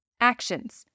Actions